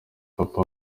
papa